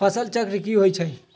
फसल चक्र की होइ छई?